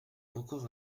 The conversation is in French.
encore